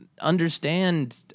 understand